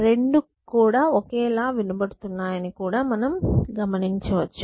రెండు కూడా ఒకేలా వినబడుతున్నాయని కూడా మనం గమనించవచ్చు